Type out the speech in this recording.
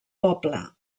poble